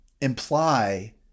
imply